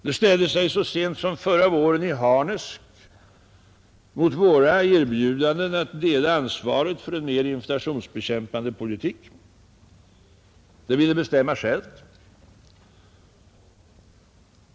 Det ställde sig så sent som förra våren i harnesk mot våra erbjudanden att dela ansvaret för en mer inflationsbekämpande politik; det ville bestämma självt.